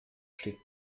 steht